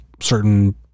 certain